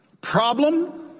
Problem